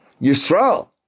Yisrael